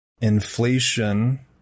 Inflation